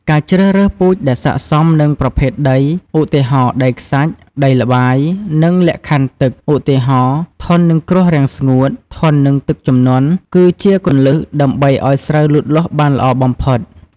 ការជ្រើសរើសពូជដែលស័ក្តិសមនឹងប្រភេទដី ឧទាហរណ៍ ដីខ្សាច់ ដីល្បាយ និងលក្ខខណ្ឌទឹក ឧទាហរណ៍ ធន់នឹងគ្រោះរាំងស្ងួត ធន់នឹងទឹកជំនន់ គឺជាគន្លឹះដើម្បីឱ្យស្រូវលូតលាស់បានល្អបំផុត។